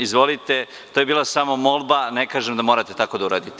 Izvolite, to je bila samo molba, ne kažem da morate tako da uradite.